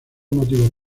motivos